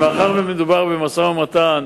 מאחר שמדובר במשא-ומתן